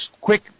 quick